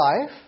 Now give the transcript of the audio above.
life